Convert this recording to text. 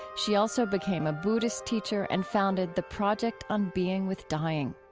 she also became a buddhist teacher and founded the project on being with dying.